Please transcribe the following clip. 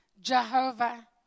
Jehovah